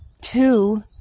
two